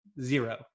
zero